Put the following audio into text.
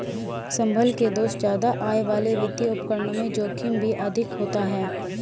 संभल के दोस्त ज्यादा आय वाले वित्तीय उपकरणों में जोखिम भी अधिक होता है